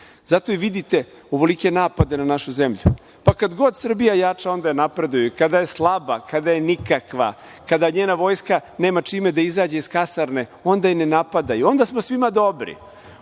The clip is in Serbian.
Zato i vidite ovolike napade na našu zemlju. Pa kad god Srbija jača, onda je napadaju. Kada je slaba, kada je nikakva, kada njena vojska nema čime da izađe iz kasarne, onda je ne napadaju, onda smo svima dobri,